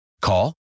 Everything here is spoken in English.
Call